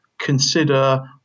consider